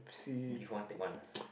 give one take one